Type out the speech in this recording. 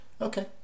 Okay